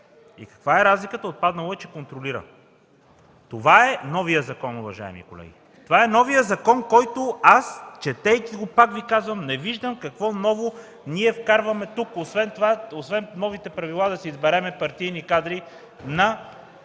Каква е разликата? Отпаднало е, че контролира. Това е новият закон, уважаеми колеги! Това е новият закон, който аз, четейки го, пак Ви казвам, не виждам какво ново вкарваме тук освен новите правила да си изберем партийни кадри на